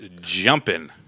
jumping